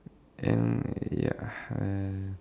and ya uh